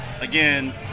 again